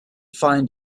find